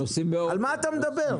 על מה אתה מדבר?